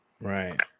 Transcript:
Right